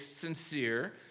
sincere